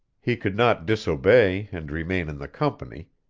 he could not disobey and remain in the company,